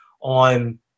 on